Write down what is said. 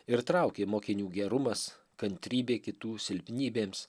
ir traukė mokinių gerumas kantrybė kitų silpnybėms